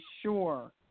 sure